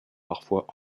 parfois